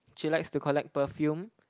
she likes to collect perfume